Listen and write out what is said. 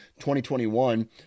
2021